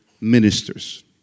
ministers